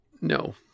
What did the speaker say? no